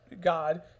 God